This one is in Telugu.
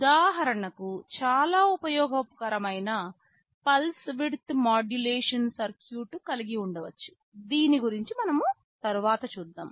ఉదాహరణకుచాలా ఉపయోగకరమైన పల్స్ విడ్త్ మాడ్యులేషన్ సర్క్యూట్ కలిగి ఉండవచ్చు దీని గురించి మనము తరువాత చూద్దాం